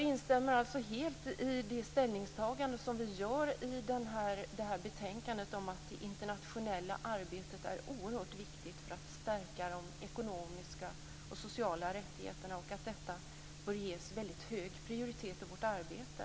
Vi instämmer helt i ställningstagandet i betänkandet om att det internationella arbetet är oerhört viktigt för att stärka de ekonomiska och sociala rättigheterna. Detta bör ges hög prioritet i vårt arbete.